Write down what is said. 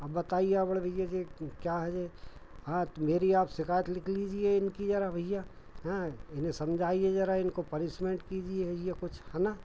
अब बताइए आप बड़े भैया जो क्या है यह हाँ तो मेरी आप शिकायत लिख लीजिए इनकी ज़रा भैया हाँ इन्हें समझाइए ज़रा इनको पनिसमेंट कीजिए भैया कुछ है ना